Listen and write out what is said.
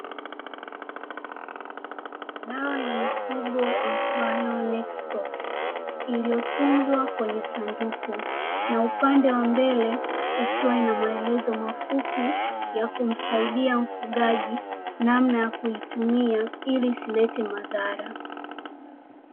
Dawa ya mifugo iitwayo NEXIPOX, iliyotunzwa kwenye sanduku na upande wa mbele ikiwa ina maelezo mafupi ya kumsaidia mfugaji namna ya kuitumia ili isilete madhara.